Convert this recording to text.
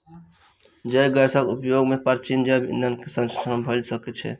जैव गैसक उपयोग सॅ प्राचीन जैव ईंधन के संरक्षण भ सकै छै